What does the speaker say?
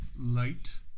light